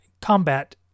combat